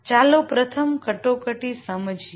ચાલો પ્રથમ ક્રાયસીસ સમજીએ